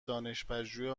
دانشپژوه